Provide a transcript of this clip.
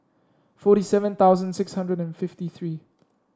forty seven thousand six hundred and fifty three